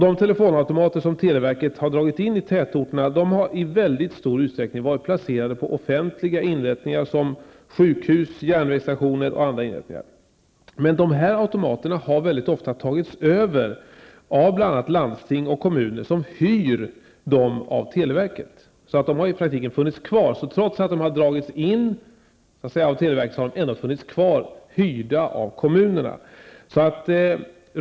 De telefonautomater som televerket har dragit in i tätorterna har i väldig stor utsträckning varit placerade på offentliga inrättningar såsom sjukhus och järnvägsstationer. Dessa automater har väldigt ofta tagits över av landsting och kommuner, som hyr dem av televerket. Trots att automaterna har dragits in av televerket, har de alltså funnits kvar, hyrda av kommunerna.